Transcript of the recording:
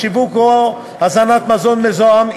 שיווק או הזנה במזון מזוהם.